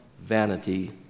vanity